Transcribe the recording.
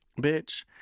Bitch